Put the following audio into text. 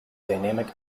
dynamic